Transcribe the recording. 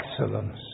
excellence